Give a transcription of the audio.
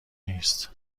نیست